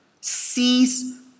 sees